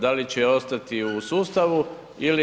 Da li će ostati u sustavu ili